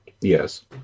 Yes